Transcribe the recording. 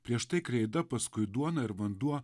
prieš tai kreida paskui duona ir vanduo